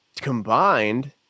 Combined